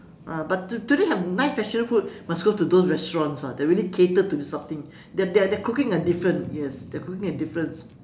ah but do do they have nice special food must go to those restaurants ah they really cater to this sort of thing their their cooking are different yes their cooking are different